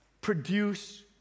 produce